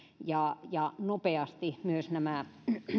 ja ja nopeasti myös nämä